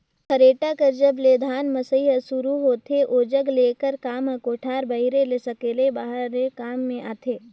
खरेटा कर जब ले धान मसई हर सुरू होथे ओजग ले एकर काम हर कोठार बाहिरे ले सकेले बहारे कर काम मे आथे